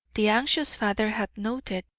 the anxious father had noted,